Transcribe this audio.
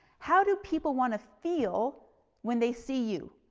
how do people want to feel when they see you?